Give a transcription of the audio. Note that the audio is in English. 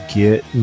get